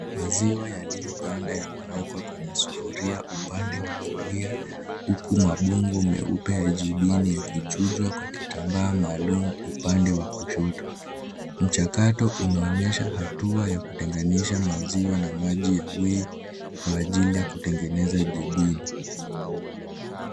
Maziwa yaliyoganda yamewekwa kwenye sufuria upande wa kulia, huku mabongo meupe ya jibini yakichujwa kwa kitambaa maalum upande wa kushoto. Mchakato unaonyesha hatua ya kutenganisha maziwa na maji yawe kwa ajili ya kutengeneza jibini.